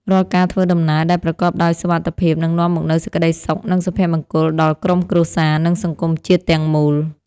រាល់ការធ្វើដំណើរដែលប្រកបដោយសុវត្ថិភាពនឹងនាំមកនូវសេចក្តីសុខនិងសុភមង្គលដល់ក្រុមគ្រួសារនិងសង្គមជាតិទាំងមូល។